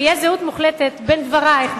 שתהיה זהות מוחלטת בין דברייך,